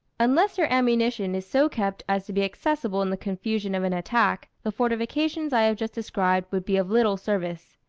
unless your ammunition is so kept as to be accessible in the confusion of an attack, the fortifications i have just described would be of little service.